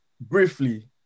briefly